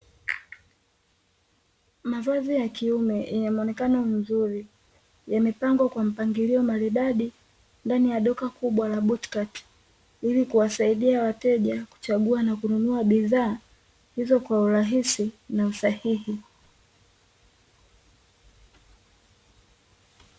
Mavazi ya kiume yenye muonekano mzuri yamepangwa kwa mpangilio maridadi ndani ya duka kubwa la "BOOTCUT", ili kuwasaidia wateja kuchagua na kununua bidhaa hizo kwa urahisi na usahihi.